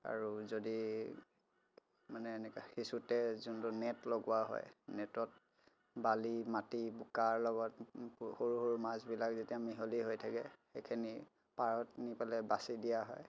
আৰু যদি মানে এনেকৈ সিঁচোতে যোনটো নেট লগোৱা হয় নেটত বালি মাটি বোকাৰ লগত সৰু সৰু মাছবিলাক যেতিয়া মিহলি হৈ থাকে সেইখিনি পাৰত নি পেলাই বাচি দিয়া হয়